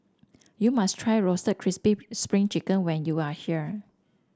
you must try Roasted Crispy Spring Chicken when you are here